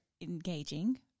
engaging